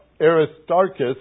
Aristarchus